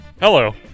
Hello